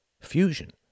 fusion